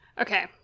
Okay